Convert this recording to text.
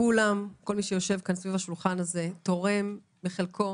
כל מי שיושב סביב השולחן הזה תורם מחלקו